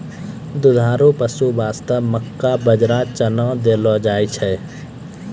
दुधारू पशु वास्तॅ मक्का, बाजरा, चना देलो जाय छै